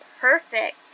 perfect